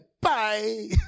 bye